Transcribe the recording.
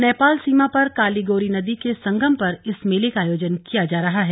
नेपाल सीमा पर काली गोरी नदी के संगम पर इस मेले का आयोजन किया जा रहा है